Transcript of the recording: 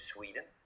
Sweden